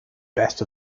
best